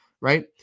right